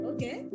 Okay